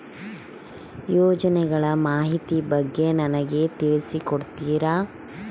ಯೋಜನೆಗಳ ಮಾಹಿತಿ ಬಗ್ಗೆ ನನಗೆ ತಿಳಿಸಿ ಕೊಡ್ತೇರಾ?